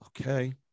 Okay